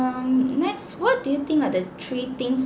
next what do you think are the three things